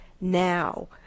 now